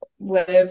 live